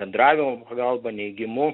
bendravimo pagalba neigimu